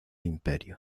imperio